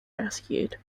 rescued